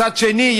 מצד שני,